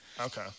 Okay